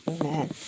Amen